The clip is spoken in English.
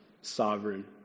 sovereign